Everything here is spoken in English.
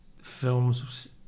films